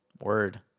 Word